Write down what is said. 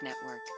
Network